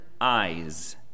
eyes